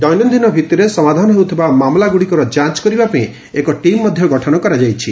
ଦୈନନ୍ଦିନ ଭିଭିରେ ସମାଧାନ ହେଉଥିବା ମାମଲାଗ୍ରଡ଼ିକର ଯାଞ୍ଚ କରିବା ପାଇଁ ଏକ ଟିମ୍ ଗଠନ କରାଯାଇଛି